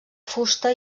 fusta